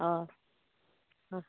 हय आं